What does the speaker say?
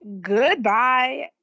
goodbye